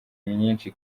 myinshi